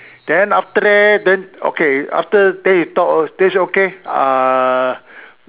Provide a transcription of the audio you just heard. then after that then okay after then we talk then she say okay uh